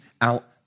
out